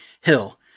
Hill